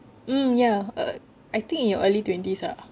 um ya uh I think in your early twenties ah